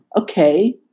okay